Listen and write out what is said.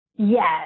Yes